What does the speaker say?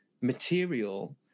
material